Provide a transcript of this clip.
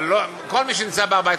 אבל כל מי שנמצא בהר-הבית,